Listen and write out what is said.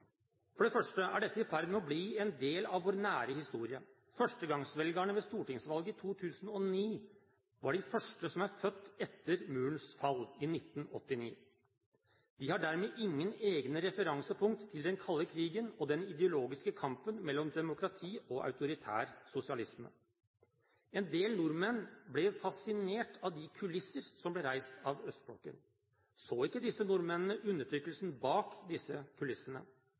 For det første er dette i ferd med å bli en del av vår nære historie. Førstegangsvelgerne ved stortingsvalget i 2009 var de første som er født etter murens fall i 1989. De har dermed ingen egne referansepunkter til den kalde krigen og den ideologiske kampen mellom demokrati og autoritær sosialisme. En del nordmenn ble fascinert av de kulisser som ble reist av østblokken. Så ikke disse nordmennene undertrykkelsen bak disse kulissene?